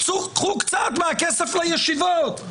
קחו קצת מהכסף לישיבות.